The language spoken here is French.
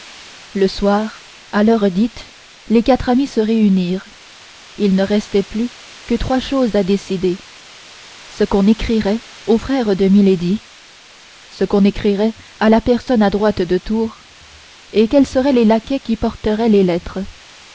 le soir à l'heure dite les quatre amis se réunirent il ne restait plus que trois choses à décider ce qu'on écrirait au frère de milady ce qu'on écrirait à la personne adroite de tours et quels seraient les laquais qui porteraient les lettres